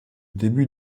début